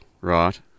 Right